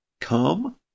come